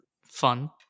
fun